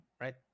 right